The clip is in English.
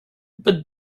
but